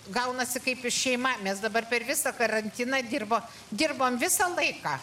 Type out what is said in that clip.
gaunasi kaip šeima mes dabar per visą karantiną dirbo dirbom visą laiką